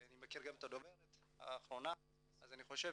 אני גם מכיר את הדוברת האחרונה ואני חושב